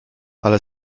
ale